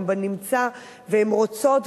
הן בנמצא והן רוצות,